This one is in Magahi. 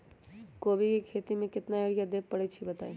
कोबी के खेती मे केतना यूरिया देबे परईछी बताई?